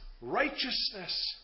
righteousness